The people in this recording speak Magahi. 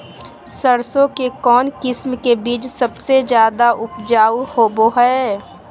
सरसों के कौन किस्म के बीच सबसे ज्यादा उपजाऊ होबो हय?